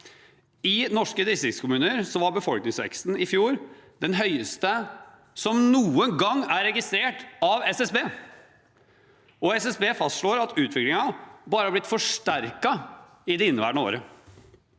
I norske distriktskommuner var befolkningsveksten i fjor den høyeste som noen gang er registrert av SSB, og SSB fastslår at utviklingen bare har blitt forsterket i inneværende år.